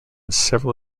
several